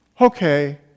okay